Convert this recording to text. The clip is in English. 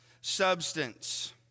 substance